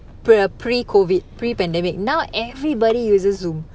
pre pre COVID pre pandemic now everybody uses zoom